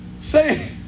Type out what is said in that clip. Say